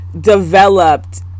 developed